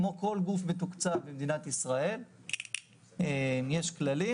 כמו כל גוף מתוקצב במדינת ישראל, יש כללים